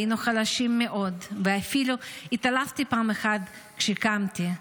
היינו חלשים מאוד ואפילו התעלפתי פעם אחת כשקמתי.